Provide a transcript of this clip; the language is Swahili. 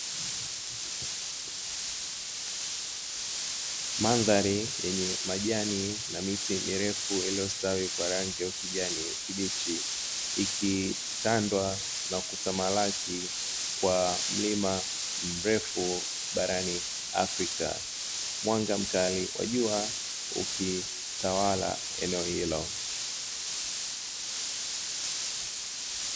Mandhari yenye majani na miti mirefu iliyostawi kwa rangi ya kijani kibichi ikitandwa na kutamalaki kwa mlima mrefu barani afrika mwanga mkali wa jua ukitawala eneo hilo.